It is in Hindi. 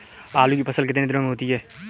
आलू की फसल कितने दिनों में होती है?